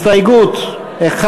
הסתייגות מס'